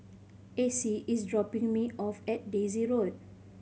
Acie is dropping me off at Daisy Road